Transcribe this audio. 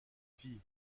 petit